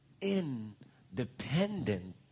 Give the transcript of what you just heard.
independent